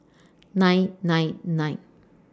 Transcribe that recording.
nine nine nine